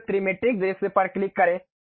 अब त्रिमेट्रिक दृश्य पर क्लिक करें